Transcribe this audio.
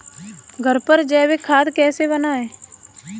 घर पर जैविक खाद कैसे बनाएँ?